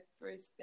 first